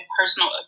personal